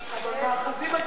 אבל מאחזים אתה לא מפנה.